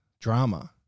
drama